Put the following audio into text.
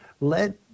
let